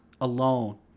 alone